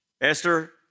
Esther